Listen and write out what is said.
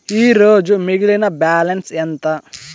ఈరోజు మిగిలిన బ్యాలెన్స్ ఎంత?